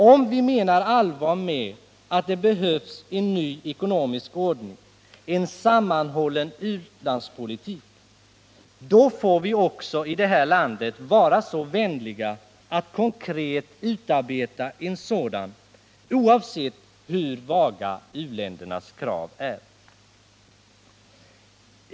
Om vi menar allvar med att det behövs en ny ekonomisk ordning, en sammanhållen u-landspolitik, då får vi också i det här landet vara så vänliga att konkret utarbeta en sådan, oavsett hur vaga u-ländernas krav är.